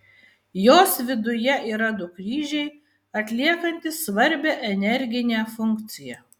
jos viduje yra du kryžiai atliekantys svarbią energinę funkciją